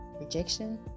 rejection